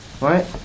right